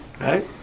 Right